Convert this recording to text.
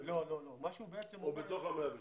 או בתוך ה-112?